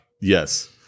Yes